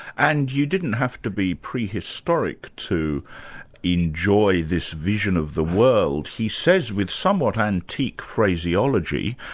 and you didn't have to be prehistoric to enjoy this vision of the world. he says, with somewhat antique phraseology,